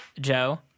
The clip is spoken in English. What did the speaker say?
Joe